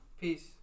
Peace